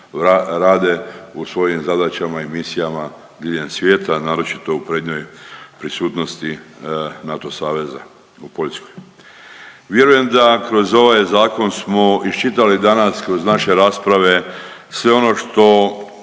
rade u svojim zadaćama i misijama diljem svijeta, naročito u prednjoj prisutnosti NATO saveza u Poljskoj. Vjerujem da kroz ovaj Zakon smo iščitali danas kroz naše rasprave sve ono što